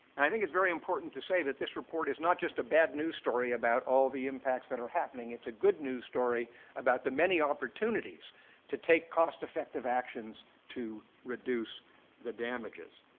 and i think it's very important to say that this report is not just a bad news story about all the impacts that are happening. it's a good news story about the many opportunities to take cost-effective actions to reduce the damages.